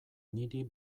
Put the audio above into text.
niri